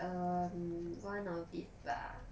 um one of it bah